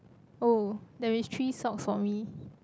oh there is three socks for me